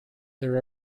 there